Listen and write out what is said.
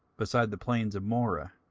beside the plains of moreh?